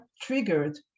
triggered